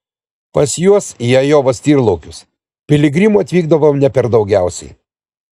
pas juos į ajovos tyrlaukius piligrimų atvykdavo ne per daugiausiai